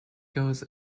goes